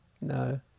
No